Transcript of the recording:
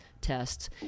tests